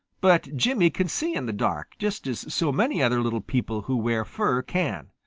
but jimmy can see in the dark, just as so many other little people who wear fur can.